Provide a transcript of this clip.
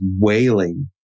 wailing